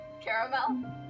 caramel